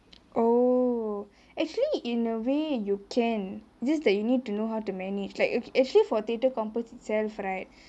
oh actually in a way you can just that you need to know how to manage like actually for threatre compass itself right